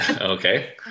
Okay